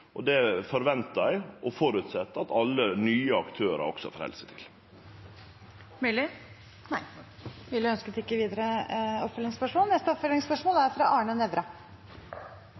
og det forventar og føreset eg at alle nye aktørar også held seg til. Arne Nævra